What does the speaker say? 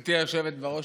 גברתי היושבת בראש,